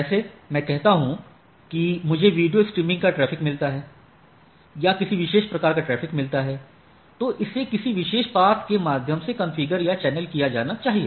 जैसे मैं कहता हूं कि मुझे वीडियो स्ट्रीमिंग का ट्रैफ़िक मिलता है या किसी विशेष प्रकार का ट्रैफ़िक मिलता है तो इसे किसी विशेष पथ के माध्यम से कॉन्फ़िगर या चैनल किया जाना चाहिए